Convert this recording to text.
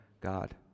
God